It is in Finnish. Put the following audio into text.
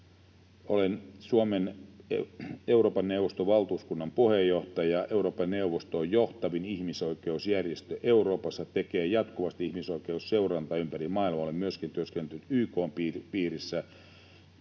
Olen Suomen Euroopan neuvoston valtuuskunnan puheenjohtaja, ja Euroopan neuvosto on johtavin ihmisoikeusjärjestö Euroopassa ja tekee jatkuvasti ihmisoikeusseurantaa ympäri maailmaa. Olen myöskin työskennellyt YK:n piirissä